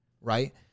right